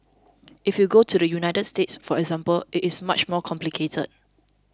if you go to the United States for example it is much more complicated